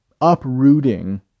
uprooting